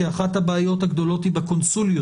כי אחת הבעיות הגדולות היא בקונסוליות.